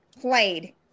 played